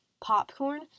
Popcorn